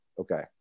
okay